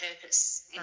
purpose